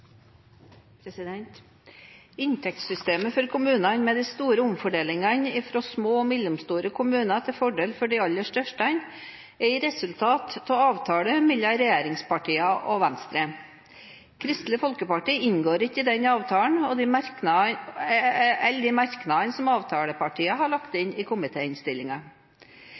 Inntektssystemet for kommuner med store omfordelinger fra små og mellomstore kommuner til fordel for de aller største er et resultat av avtalen mellom regjeringspartiene og Venstre. Kristelig Folkeparti inngår ikke i den avtalen, eller i de merknadene som avtalepartiene har lagt inn i